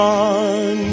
on